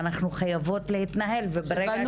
ואנחנו חייבות להתנהל לפיהן.